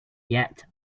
yet